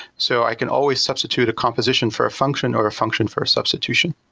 so i can always substitute a composition for a function or a function for a substitution.